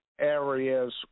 areas